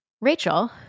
Rachel